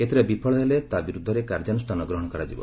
ଏଥିରେ ବିଫଳ ହେଲେ ତା' ବିରୁଦ୍ଧରେ କାର୍ଯ୍ୟାନୁଷ୍ଠାନ ଗ୍ରହଣ କରାଯିବ